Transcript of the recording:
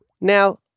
Now